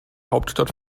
hauptstadt